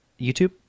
youtube